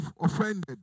offended